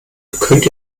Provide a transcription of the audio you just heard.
könnt